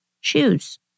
shoes